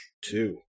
Two